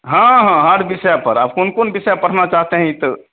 हाँ हाँ हर विषय पर आप कौन कौन विषय पढ़ना चाहते हैं इत